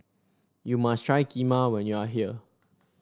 you must try Kheema when you are here